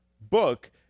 book